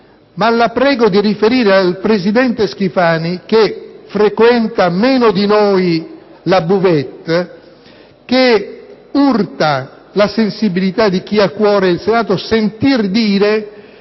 prego però di riferire al presidente Schifani, che frequenta meno di noi la *buvette*, che urta la sensibilità di chi ha a cuore il Senato sentir dire